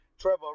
Trevor